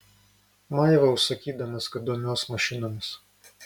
maivaus sakydamas kad domiuos mašinomis